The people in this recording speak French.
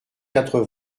quatre